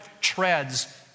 treads